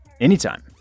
anytime